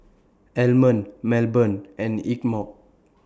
Almond Melbourne and Ingeborg